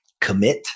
Commit